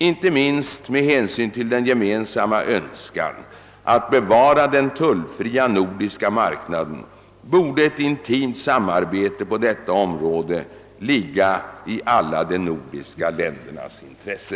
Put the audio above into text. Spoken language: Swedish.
Inte minst med hänsyn till den gemensamma önskan att bevara den tullfria nordiska marknaden borde ett intimt samarbete på detta område ligga i alla de nordiska ländernas intresse.